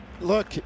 look